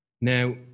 Now